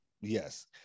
Yes